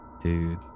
Dude